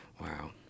Wow